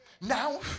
Now